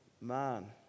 man